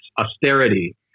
austerity